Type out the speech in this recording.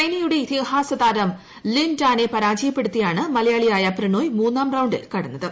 ചൈനയുടെ ഇതിഹാസ താരം ലിൻ ഡാനെ പരാജയപ്പെടുത്തിയാണ് മലയാളിയായ പ്രണോയ് മൂന്നാം റൌിൽ കടന്നത്